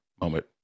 moment